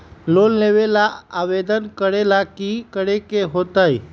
Loan लेबे ला आवेदन करे ला कि करे के होतइ?